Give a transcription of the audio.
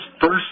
first